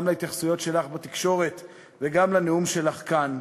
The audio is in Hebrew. גם להתייחסויות שלך בתקשורת וגם לנאום שלך כאן.